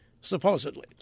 supposedly